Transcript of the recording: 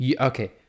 Okay